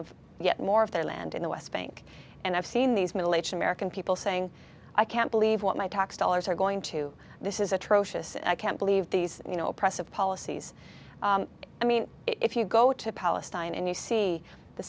of yet more of their land in the west bank and i've seen these middle aged american people saying i can't believe what my tax dollars are going to this is atrocious and i can't believe these you know oppressive policies i mean if you go to palestine and you see the